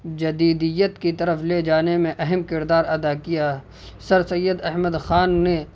جدیدیت کی طرف لے جانے میں اہم کردار ادا کیا سر سید احمد خان نے